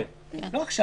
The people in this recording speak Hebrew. כן, לא עכשיו.